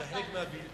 זה חלק מהווידוי.